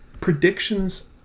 predictions